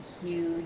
huge